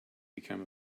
become